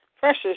Precious